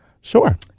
Sure